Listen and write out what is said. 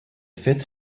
fifth